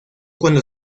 cuando